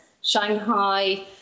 Shanghai